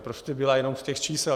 Prostě byla, jenom z těch čísel.